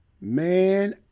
Man